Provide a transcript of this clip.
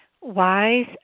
Wise